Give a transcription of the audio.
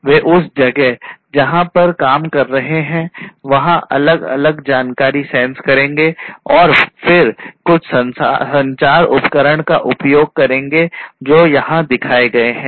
वे उस जगह जहां पर वह काम कर रहे हैं वहां अलग अलग जानकारी सेंस करेंगे और फिर कुछ संचार उपकरण का उपयोग करेंगे जो यहां दिखाए गए हैं